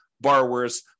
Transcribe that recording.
borrowers